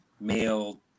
male